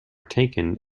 taken